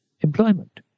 employment